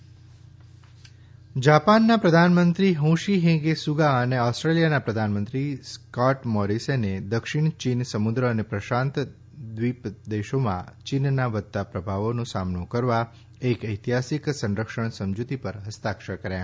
Japan Australia જાપાનના પ્રધાનમંત્રી Yoshihide Suga અને ઓસ્ટ્રેલીયાના પ્રધાનમંત્રી સ્કોટ મોરીસને દક્ષિણ ચીન સમુદ્ર અને પ્રશાંત દ્વિપદેશોમાં ચીનના વધતા પ્રભાવનો સામનો કરવા એક ઐતિહાસીક સંરક્ષણ સમજુતી પર હસ્તાક્ષર કર્યા